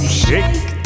shake